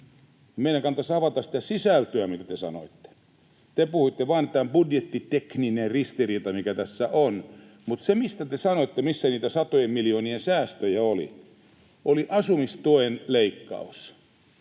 meidän kannattaisi avata sitä sisältöä, mitä te sanoitte. Te puhuitte vain, että tämä on budjettitekninen ristiriita, mikä tässä on, mutta se, mistä te sanoitte, että niitä satojen miljoonien säästöjä oli, oli asumistuen leikkaus.